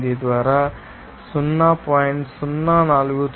0238 ద్వారా 0